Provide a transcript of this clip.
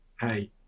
Hey